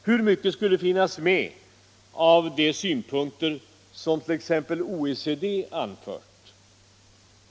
Hur mycket skulle finnas med av de synpunkter som t.ex. OECD anfört?